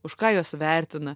už ką juos vertina